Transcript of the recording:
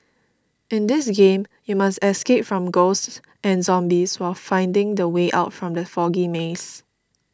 in this game you must escape from ghosts and zombies while finding the way out from the foggy maze